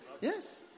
Yes